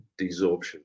desorption